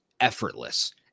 effortless